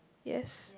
yes